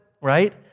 right